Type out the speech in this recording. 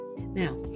Now